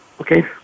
okay